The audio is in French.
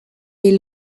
des